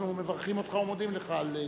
אנחנו מברכים אותך ומודים לך על שליחותך.